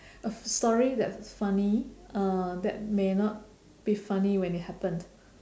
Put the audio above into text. a story that's funny uh that may not be funny when it happened